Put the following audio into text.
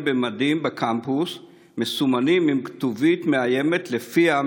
במדים בקמפוס מסומנים עם כתובית מאיימת שלפיה,